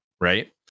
right